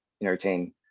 entertain